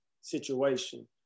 situation